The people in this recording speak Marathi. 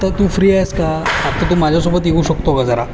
तर तू फ्री आहेस का तू माझ्यासोबत येऊ शकतो का जरा